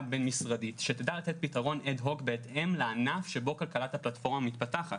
בין-משרדית שתדע לתת פתרון אד הוק בהתאם לענף שבו כלכלת הפלטפורמה מתפתחת